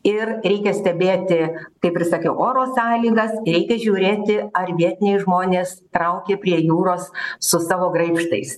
ir reikia stebėti kaip ir sakiau oro sąlygas reikia žiūrėti ar vietiniai žmonės traukia prie jūros su savo graipštais